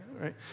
Right